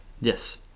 Yes